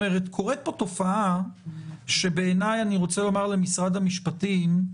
אני רוצה לומר למשרד המשפטים: